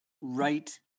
right